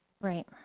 Right